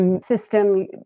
system